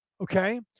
Okay